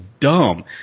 dumb